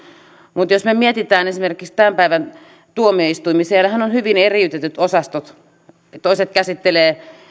mutta jos me mietimme esimerkiksi tämän päivän tuomioistuimia siellähän on hyvin eriytetyt osastot toiset käsittelevät